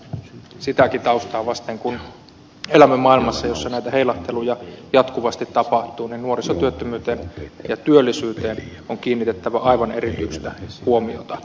sitäkin taustaa vasten kun elämme maailmassa jossa näitä heilahteluja jatkuvasti tapahtuu nuorisotyöttömyyteen ja työllisyyteen on kiinnitettävä aivan erityistä huomiota